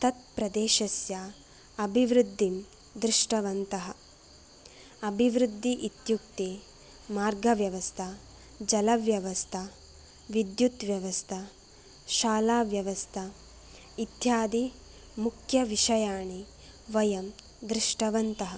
तत्प्रदेशस्य अभिवृद्धिं दृष्टवन्तः अभिवृद्धिः इत्युक्ते मार्गव्यवस्था जलव्यवस्था विद्युत् व्यवस्था शालाव्यवस्था इत्यादि मुख्यविषयाणि वयं दृष्टवन्तः